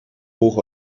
hoch